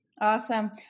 Awesome